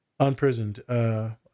unprisoned